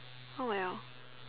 oh well